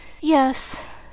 Yes